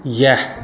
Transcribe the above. इएह